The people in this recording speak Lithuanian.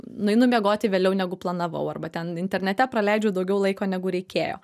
nueinu miegoti vėliau negu planavau arba ten internete praleidžiu daugiau laiko negu reikėjo